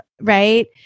right